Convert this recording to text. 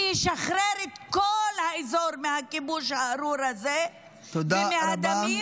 שישחרר את כל האזור מהכיבוש הארור הזה ומהדמים,